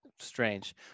strange